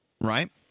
right